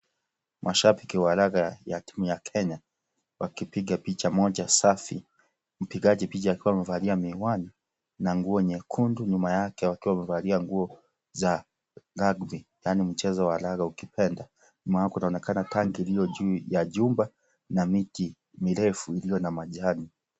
Mashabiki wa reggae wa timu ya Kenya ,wakipiga picha moja safi mpigaji picha akiwa amevalia miwani na nguo nyekundu ,nyuma yake wakiwa wamevalia nguo za rugby yaani mchezo wa laga ukipenda .Maana kunaoneka tanki iliyo juu ya nyumba na miti mirefu iliyo na majani.